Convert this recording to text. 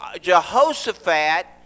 Jehoshaphat